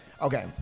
Okay